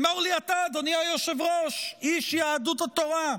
אמור לי אתה, אדוני היושב-ראש, איש יהדות התורה,